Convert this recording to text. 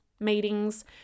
meetings